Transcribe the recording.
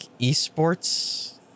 esports